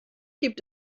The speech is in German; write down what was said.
gibt